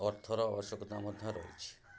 ଅର୍ଥର ଆବଶ୍ୟକତା ମଧ୍ୟ ରହିଛି